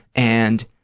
and